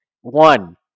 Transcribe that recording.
One